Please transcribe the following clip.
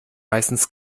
meistens